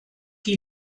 die